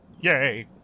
Yay